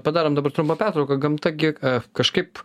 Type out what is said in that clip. padarom dabar trumpą pertrauką gamta gi kažkaip